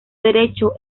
derecho